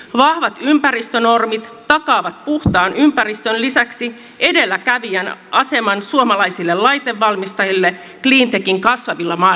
vahvat ympäristönormit takaavat puhtaan ympäristön lisäksi edelläkävijän aseman suomalaisille laitevalmistajille cleantechin kasvavilla maailmanmarkkinoilla